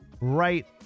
right